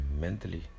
mentally